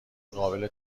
قابل